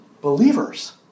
believers